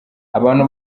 abantu